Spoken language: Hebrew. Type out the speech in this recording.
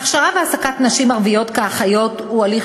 הכשרה והעסקה של נשים ערביות כאחיות הן הליך